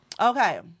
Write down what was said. Okay